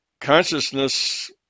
consciousness